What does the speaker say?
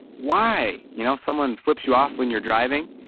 why? you know someone flips you off when you're driving.